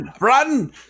Run